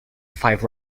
five